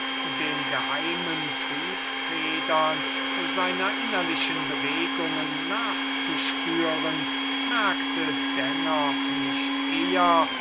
den geheimen triebfedern seiner innerlichen bewegungen nachzuspüren merkte dennoch nicht eher